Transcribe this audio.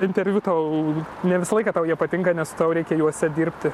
interviu tau ne visą laiką tau jie patinka nes tau reikia juose dirbti